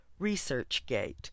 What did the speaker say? ResearchGate